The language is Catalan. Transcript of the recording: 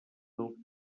del